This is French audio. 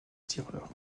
tireur